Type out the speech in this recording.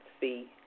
see